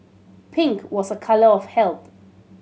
pink was a colour of health